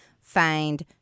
find